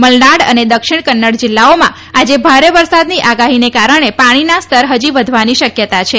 મલનાડ અને દક્ષિણ કન્નડ જીલ્લાઓમાં આજે ભારે વરસાદની આગાહીને કારણે પાણીના સ્તર છજી વધવાની શકયતા છે